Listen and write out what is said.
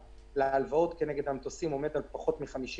להלוואות כנגד המטוסים עומד על פחות מ-50%,